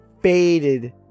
faded